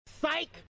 Psych